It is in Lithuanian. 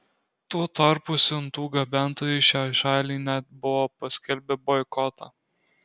tuo tarpu siuntų gabentojai šiai šaliai net buvo paskelbę boikotą